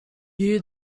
you